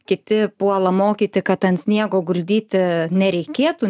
kiti puola mokyti kad ant sniego guldyti nereikėtų